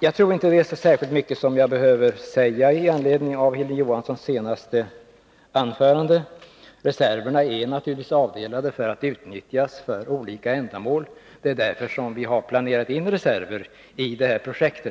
Jag tror inte att jag behöver säga så särskilt mycket med anledning av Hilding Johanssons senaste anförande. Reserverna är naturligtvis avdelade för att utnyttas för olika ändamål. Det är därför vi har planerat in reserver i detta projekt.